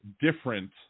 different